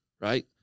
right